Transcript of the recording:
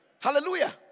Hallelujah